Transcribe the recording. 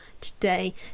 today